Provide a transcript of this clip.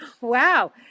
wow